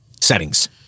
settings